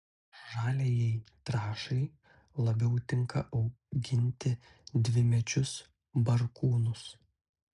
žaliajai trąšai labiau tinka auginti dvimečius barkūnus